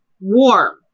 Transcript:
warm